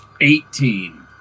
eighteen